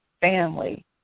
family